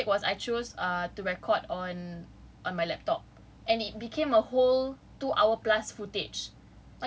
the first mistake was I chose uh to record on on my laptop and it became a whole two hours plus footage